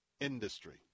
industry